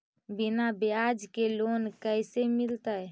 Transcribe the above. बिना ब्याज के लोन कैसे मिलतै?